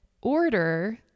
order